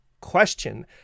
question